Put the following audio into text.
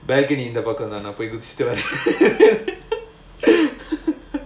bakery இந்த பக்கம் தானே போய் வச்சிட்டு:indha pakkam thanae poi vachchittu